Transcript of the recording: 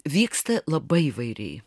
vyksta labai įvairiai